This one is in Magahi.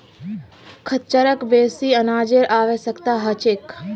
खच्चरक बेसी अनाजेर आवश्यकता ह छेक